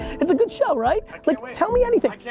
it's a good show, right? like, tell me anything.